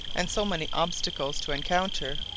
and so many obstacles to encounter,